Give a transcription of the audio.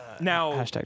now